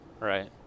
Right